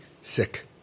sick